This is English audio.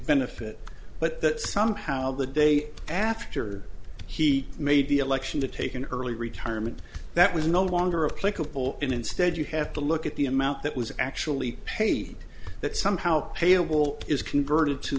benefit but that somehow the day after he made the election to take an early retirement that was no longer a clickable and instead you have to look at the amount that was actually paid that somehow payable is converted to